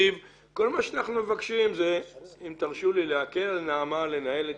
כל מה שאנחנו מבקשים זה להקל על נעמה לנהל את